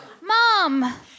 Mom